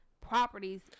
properties